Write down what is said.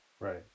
Right